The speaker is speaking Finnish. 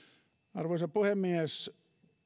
arvoisa puhemies